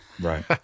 right